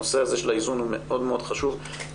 הנושא הזה של האיזון הוא מאוד מאוד חשוב כי